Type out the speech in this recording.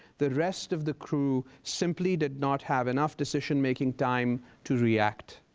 the rest of the crew simply did not have enough decision-making time to react.